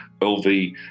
LV